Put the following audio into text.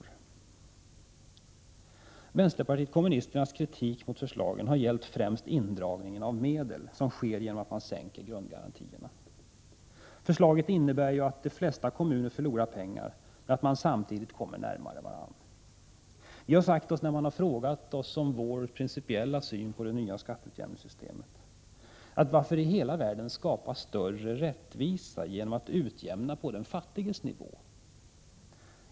Vänsterpartiet kommunisternas kritik mot förslagen har gällt främst den indragning av medel som sker i och med att man sänker grundgarantierna. Det innebär ju att de flesta kommuner förlorar pengar men att de samtidigt kommer närmare varandra. När man har frågat om vår principiella syn på det nya skatteutjämningssystemet har vi svarat: Varför i all världen skapa större rättvisa genom att utjämna på den fattiges nivå?